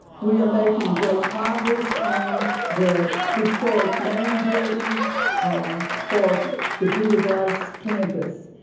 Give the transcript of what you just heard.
we are making great progress on the historic main building ah for the peter bryce campus.